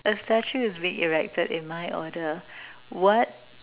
a statue is being erected in my order what